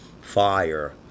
fire